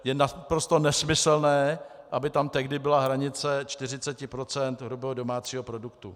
Je naprosto nesmyslné, aby tam tehdy byla hranice 40 % hrubého domácího produktu.